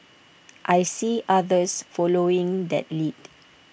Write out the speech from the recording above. I see others following that lead